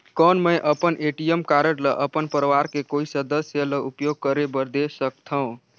कौन मैं अपन ए.टी.एम कारड ल अपन परवार के कोई सदस्य ल उपयोग करे बर दे सकथव?